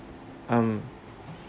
um